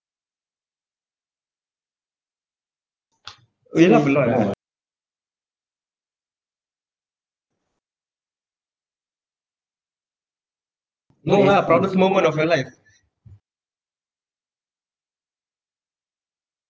orh you laugh a lot ah no ah proudest moment of your life